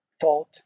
taught